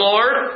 Lord